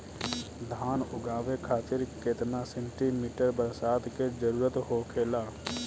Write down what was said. धान उगावे खातिर केतना सेंटीमीटर बरसात के जरूरत होखेला?